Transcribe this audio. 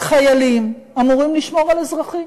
חיילים אמורים לשמור על אזרחים.